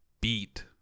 beat